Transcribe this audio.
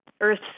earth